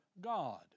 God